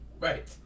Right